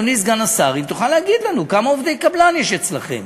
אדוני סגן השר: האם תוכל להגיד לנו כמה עובדי קבלן יש אצלכם?